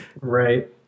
Right